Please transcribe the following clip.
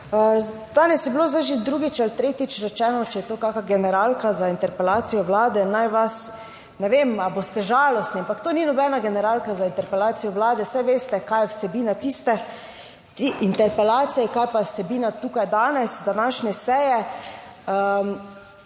Danes je bilo zdaj že drugič ali tretjič rečeno, če je to kakšna generalka za interpelacijo vlade, naj vas, ne vem, ali boste žalostni, ampak to ni nobena generalka za interpelacijo vlade. Saj veste, kaj je vsebina tiste interpelacije, kaj pa je vsebina tukaj danes, današnje seje.